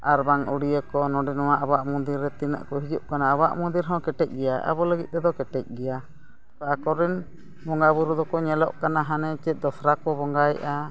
ᱟᱨᱵᱟᱝ ᱩᱰᱤᱭᱟᱹ ᱠᱚ ᱱᱚᱰᱮ ᱱᱚᱣᱟ ᱟᱵᱚᱣᱟᱜ ᱢᱚᱱᱫᱤᱨ ᱨᱮ ᱛᱤᱱᱟᱹᱜ ᱠᱚ ᱦᱤᱡᱩᱜ ᱠᱟᱱᱟ ᱟᱵᱚᱣᱟᱜ ᱢᱚᱱᱫᱤᱨ ᱦᱚᱸ ᱠᱮᱴᱮᱡ ᱜᱮᱭᱟ ᱟᱵᱚ ᱞᱟᱹᱜᱤᱫ ᱛᱮᱫᱚ ᱠᱮᱴᱮᱡ ᱜᱮᱭᱟ ᱟᱠᱚᱨᱮᱱ ᱵᱚᱸᱜᱟᱼᱵᱩᱨᱩ ᱫᱚᱠᱚ ᱧᱮᱞᱚᱜ ᱠᱟᱱᱟ ᱦᱟᱱᱮ ᱪᱮᱫ ᱫᱚᱥᱨᱟ ᱠᱚ ᱵᱚᱸᱜᱟᱭᱮᱜᱼᱟ